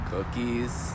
Cookies